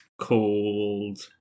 called